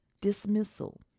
dismissal